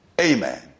Amen